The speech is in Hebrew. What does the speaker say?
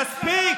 מספיק.